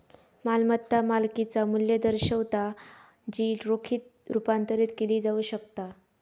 मालमत्ता मालकिचा मू्ल्य दर्शवता जी रोखीत रुपांतरित केली जाऊ शकता